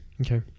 okay